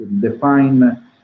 define